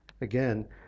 again